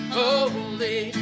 holy